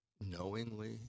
knowingly